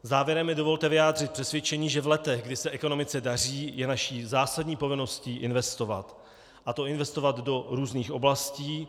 Závěrem mi dovolte vyjádřit přesvědčení, že v letech, kdy se ekonomice daří, je naší zásadní povinností investovat, a to investovat do různých oblastí.